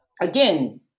again